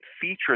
feature